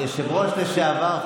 היושב-ראש לשעבר,